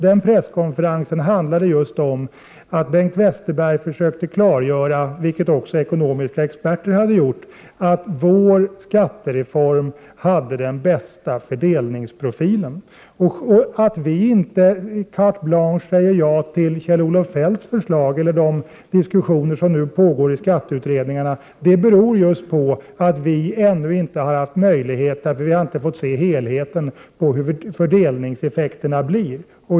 Den presskonferensen handlade just om att Bengt Westerberg försökte förklara — vilket också ekonomiska experter hade gjort — att vår skattereform hade den bästa fördelningsprofilen. Att vi inte carte blanche säger ja till Kjell-Olof Feldts förslag eller till de diskussioner som nu pågår i skatteutredningarna beror just på att vi ännu inte har haft möjlighet att se helheten och hur fördelningseffekterna blir.